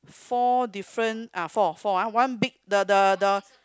four different uh four four ah one big the the the